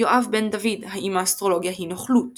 יואב בן-דב, האם האסטרולוגיה היא נוכלות